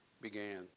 began